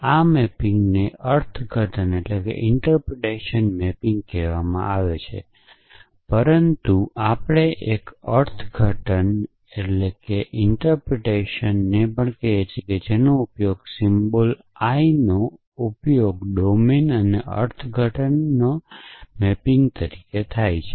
આ મેપિંગને અર્થઘટન મેપિંગ કહેવામાં આવે છે પરંતુ આપણે એક અર્થઘટનને પણ કહીએ છીએ જેનો ઉપયોગ સિમ્બોલ I નો ઉપયોગ ડોમેન અને અર્થઘટન મેપિંગ તરીકે થાય છે